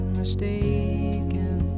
mistaken